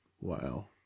Wow